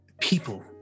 People